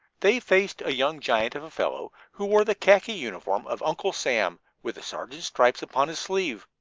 they faced a young giant of a fellow, who wore the khaki uniform of uncle sam, with a sergeant's stripes upon his sleeve.